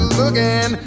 looking